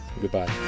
Goodbye